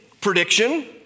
prediction